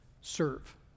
serve